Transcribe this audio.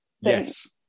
Yes